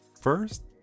First